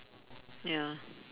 ya